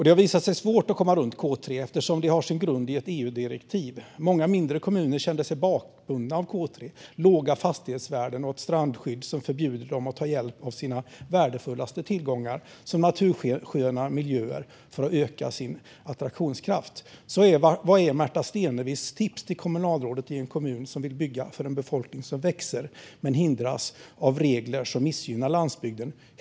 Det har visat sig vara svårt att komma runt K3 eftersom det har sin grund i ett EU-direktiv. Många mindre kommuner känner sig bakbundna av K3, låga fastighetsvärden och ett strandskydd som förbjuder dem att ta hjälp av sina mest värdefulla tillgångar, som natursköna miljöer, för att öka sin attraktionskraft. Vad är Märta Stenevis tips till kommunalrådet i en kommun som vill bygga för en befolkning som växer men hindras av regler som missgynnar landsbygden?